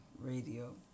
radio